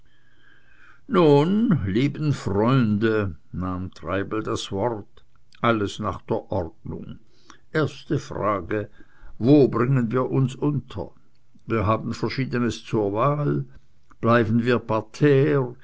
nun lieben freunde nahm treibel das wort alles nach der ordnung erste frage wo bringen wir uns unter wir haben verschiedenes zur wahl bleiben wir